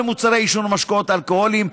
או למוצרי עישון ומשקאות אלכוהוליים,